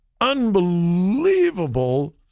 unbelievable